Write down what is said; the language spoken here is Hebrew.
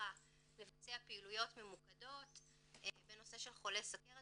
תמיכה לבצע פעילויות ממוקדות בנושא של חולי סכרת